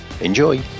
Enjoy